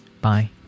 Bye